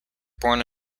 born